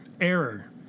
Error